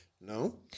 No